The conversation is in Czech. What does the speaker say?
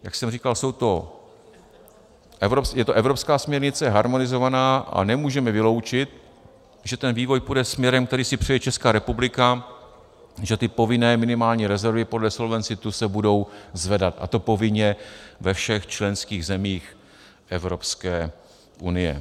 Jak jsem říkal, je to evropská směrnice harmonizovaná a nemůžeme vyloučit, že ten vývoj půjde směrem, který si přeje Česká republika, že ty povinné minimální rezervy podle Solvency II se budou zvedat, a to povinně ve všech členských zemích Evropské unie.